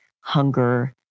hunger